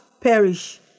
perish